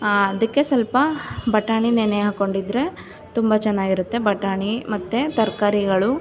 ಅದಕ್ಕೆ ಸ್ವಲ್ಪ ಬಟಾಣಿ ನೆನೆ ಹಾಕ್ಕೊಂಡಿದ್ದರೆ ತುಂಬ ಚೆನ್ನಾಗಿರುತ್ತೆ ಬಟಾಣಿ ಮತ್ತೆ ತರಕಾರಿಗಳು